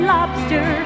Lobster